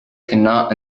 cannot